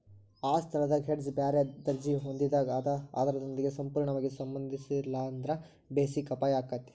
ಆ ಸ್ಥಳದಾಗ್ ಹೆಡ್ಜ್ ಬ್ಯಾರೆ ದರ್ಜಿ ಹೊಂದಿದಾಗ್ ಅದ ಆಧಾರದೊಂದಿಗೆ ಸಂಪೂರ್ಣವಾಗಿ ಸಂಬಂಧಿಸಿರ್ಲಿಲ್ಲಾಂದ್ರ ಬೆಸಿಕ್ ಅಪಾಯಾಕ್ಕತಿ